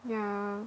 yeah